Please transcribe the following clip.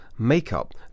makeup